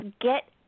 get